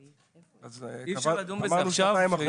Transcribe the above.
אי אפשר לדון בזה עכשיו?